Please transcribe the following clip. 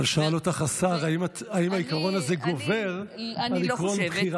אבל שאל אותך השר אם העיקרון הזה גובר על עקרון בחירת,